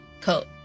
coat